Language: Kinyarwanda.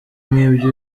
nk’ibyo